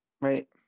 Right